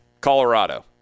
colorado